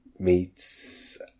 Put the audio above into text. Meets